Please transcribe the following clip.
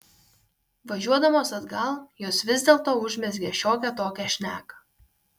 važiuodamos atgal jos vis dėlto užmezgė šiokią tokią šneką